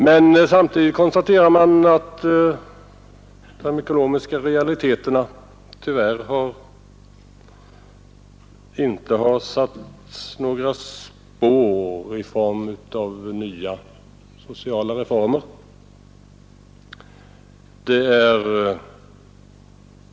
Men samtidigt konstaterar man att de ekonomiska realiteterna tyvärr tvingar oss att avstå från nya sociala reformer.